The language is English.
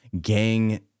gang